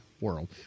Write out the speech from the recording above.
world